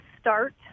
start